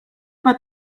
about